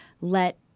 let